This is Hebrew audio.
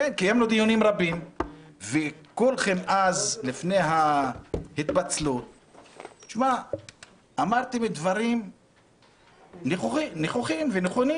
קיימנו דיונים רבים וכולכם אז לפני הפיצול אמרתם דברים נכוחים ונכונים